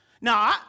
Now